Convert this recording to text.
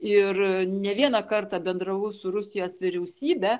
ir ne vieną kartą bendravau su rusijos vyriausybe